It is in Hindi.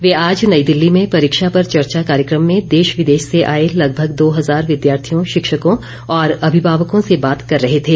वे आज नई दिल्ली में परीक्षा पर चर्चा कार्यक्रम में देश विदेश से आये लगभग दो हजार विद्यार्थियों शिक्षकों और अभिभावकों से बात कर रहे थे